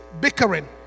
bickering